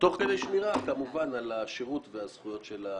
תוך כדי שמירה כמובן על השירות והזכויות של המשתמשים.